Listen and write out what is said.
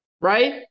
Right